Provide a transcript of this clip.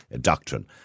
doctrine